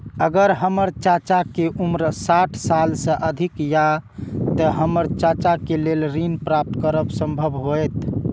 अगर हमर चाचा के उम्र साठ साल से अधिक या ते हमर चाचा के लेल ऋण प्राप्त करब संभव होएत?